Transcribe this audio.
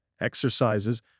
exercises